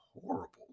horrible